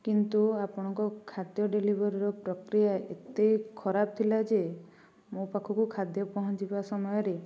କିନ୍ତୁ ଆପଣଙ୍କ ଖାଦ୍ୟ ଡେଲିଭରିର ପ୍ରକ୍ରିୟା ଏତେ ଖରାପ ଥିଲା ଯେ ମୋ ପାଖକୁ ଖାଦ୍ୟ ପହଞ୍ଚିବା ସମୟରେ